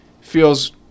feels